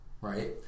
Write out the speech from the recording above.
Right